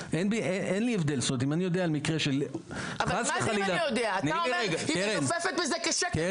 אבל אתה אומר שהיא מנופפת בזה כשקר,